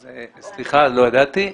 אז סליחה, לא ידעתי.